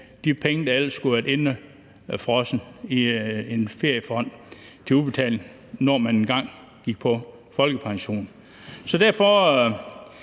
de penge, der ellers skulle have været indefrosset i en feriefond til udbetaling, når man engang gik på folkepension. Derfor